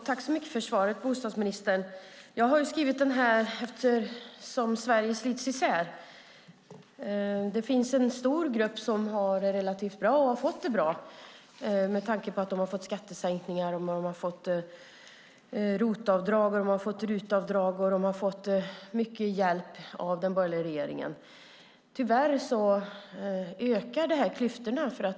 Herr talman! Jag vill tacka bostadsministern så mycket för svaret. Att jag har skrivit denna interpellation beror på att Sverige slits isär. Det finns en stor grupp som har det relativt bra, som har fått det bra med tanke på att de fått skattesänkningar, ROT-avdrag och RUT-avdrag. De har fått mycket hjälp av den borgerliga regeringen. Tyvärr ökar klyftorna.